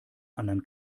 anderen